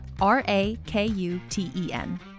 R-A-K-U-T-E-N